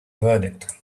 verdict